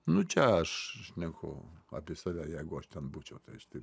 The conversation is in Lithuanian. nu čia aš šneku apie save jeigu aš ten būčiau tai aš taip